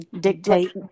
dictate